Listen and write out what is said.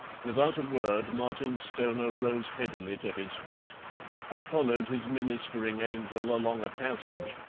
without a word martin stoner rose heavily to his feet and followed his ministering angel along a passage,